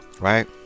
right